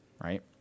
right